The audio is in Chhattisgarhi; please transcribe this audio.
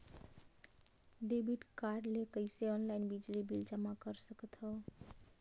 डेबिट कारड ले कइसे ऑनलाइन बिजली बिल जमा कर सकथव?